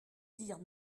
dire